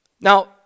Now